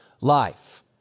life